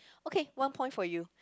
okay one point for you